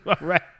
right